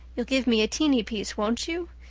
you'll give me a teeny piece, won't you?